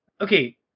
Okay